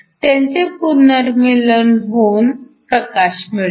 त्यांचे पुनर्मीलन होऊन प्रकाश मिळतो